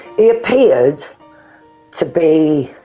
he appeared to be,